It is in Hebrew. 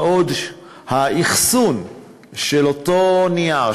מה עוד שהאחסון של אותו נייר,